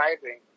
driving